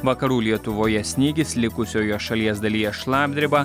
vakarų lietuvoje snygis likusioje šalies dalyje šlapdriba